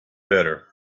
better